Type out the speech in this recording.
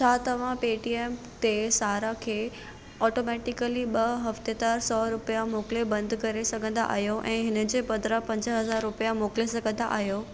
छा तव्हां पेटीएम ते सारा खे ऑटोमैटिकली ब॒ हफ़्तेवारु सौ रुपिया मोकिले बंदि करे सघंदा आहियो ऐं हिन जे बदिरां पंज हज़ार रुपिया मोकिले सघंदा आहियो